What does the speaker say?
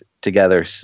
together